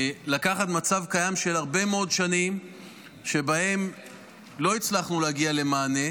לקחת מצב קיים של הרבה מאוד שנים שבהן לא הצלחנו להגיע למענה,